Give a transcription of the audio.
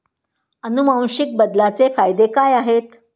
अनुवांशिक बदलाचे फायदे काय आहेत?